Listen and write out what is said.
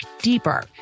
deeper